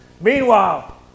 Meanwhile